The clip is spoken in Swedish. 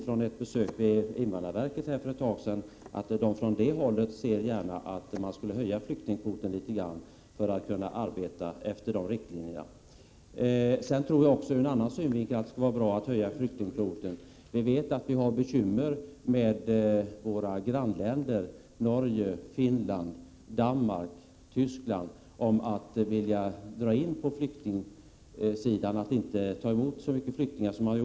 Från ett besök vid invandrarverket för en tid sedan vet vi att man från det hållet gärna skulle se att flyktingkvoten höjdes något och att man kunde arbeta efter dessa riktlinjer. Det vore också bra ur en annan synvinkel att höja flyktingkvoten. Vi vet att vi har bekymmer för att våra grannländer — Norge, Finland, Danmark, Tyskland — vill dra in på flyktingsidan och inte ta emot så många flyktingar som förr.